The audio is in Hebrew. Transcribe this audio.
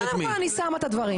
קודם כול אני שמה את הדברים.